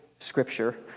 scripture